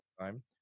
time